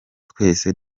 twese